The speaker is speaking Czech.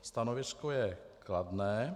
Stanovisko je kladné.